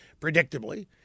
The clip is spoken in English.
predictably